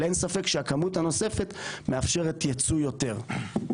אבל אין ספק שהכמות הנוספת מאפשרת ייצוא יותר.